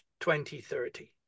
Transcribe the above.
2030